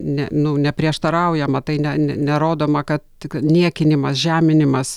ne nu neprieštaraujama tai ne ne nerodoma kad tik niekinimas žeminimas